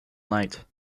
night